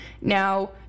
Now